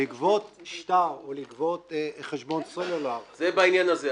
לגבות שטר או לגבות חשבון סלולר --- זה בעניין הזה.